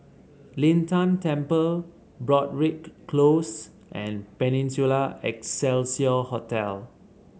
Lin Tan Temple Broadrick Close and Peninsula Excelsior Hotel